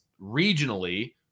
regionally